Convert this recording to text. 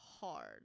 hard